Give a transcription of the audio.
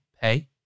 pay